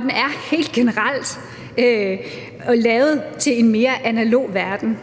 den er helt generelt lavet til en mere analog verden,